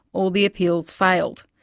all the appeals failed.